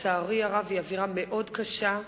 לצערי הרב, היא אווירה מאוד קשה,